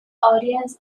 audience